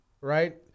right